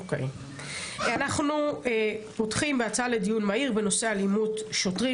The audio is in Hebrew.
אנחנו פותחים בהצעה לדיון מהיר בנושא אלימות שוטרים